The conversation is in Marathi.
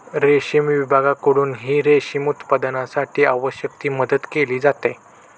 रेशीम विभागाकडूनही रेशीम उत्पादनासाठी आवश्यक ती मदत केली जाते